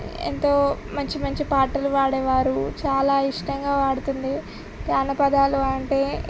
ఎంతో మంచి మంచి పాటలు పాడేవారు చాలా ఇష్టంగా పాడుతుండే జానపదాలు అంటే